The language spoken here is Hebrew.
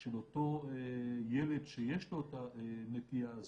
של אותו ילד שיש לו את הנטייה הזאת,